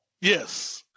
Yes